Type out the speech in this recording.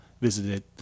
visited